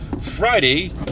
Friday